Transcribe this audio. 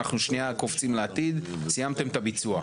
ואנחנו שנייה קופצים לעתיד סיימתם את הביצוע.